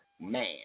man